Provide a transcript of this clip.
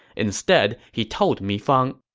instead, he told mi fang,